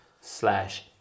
slash